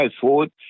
forward